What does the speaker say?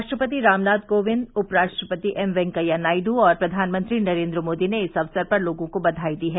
राष्ट्रपति रामनाथ कोविंद उप राष्ट्रपति एमवैकैया नायडू और प्रघानमंत्री नरेन्द्र मोदी ने इस अवसर पर लोगों को बघाई दी है